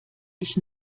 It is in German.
ich